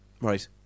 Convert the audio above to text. Right